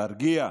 תרגיע.